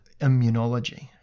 immunology